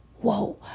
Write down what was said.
whoa